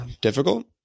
difficult